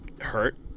hurt